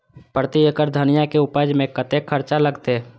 प्रति एकड़ धनिया के उपज में कतेक खर्चा लगते?